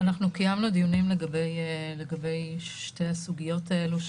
אנחנו קיימנו דיונים לגבי שתי הסוגיות האלו,